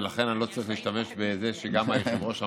ולכן אני לא צריך להשתמש בזה שגם היושב-ראש אמר,